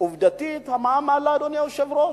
עובדתית המע"מ עלה, אדוני היושב-ראש.